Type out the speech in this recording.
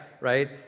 Right